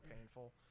painful